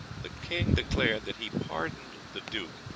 the king declared that he pardoned the duke,